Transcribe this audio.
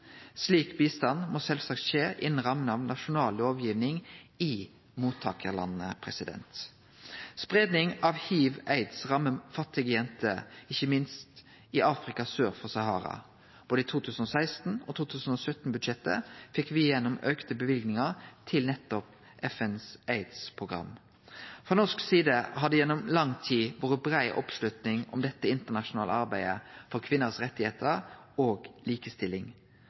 Slik bistand må sjølvsagt skje innanfor rammene av nasjonal lovgiving i mottakarlanda. Spreiing av hiv/aids rammar fattige jenter, ikkje minst i Afrika sør for Sahara. Både i 2016- og 2017-budsjettet fekk me igjennom auka løyvingar til nettopp FNs aidsprogram. Frå norsk side har det gjennom lang tid vore brei oppslutning om dette internasjonale arbeidet for rettane til kvinner og for likestilling.